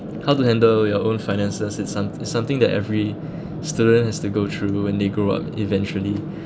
how to handle your own finances it's some something that every student has to go through when they grow up eventually